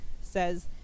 says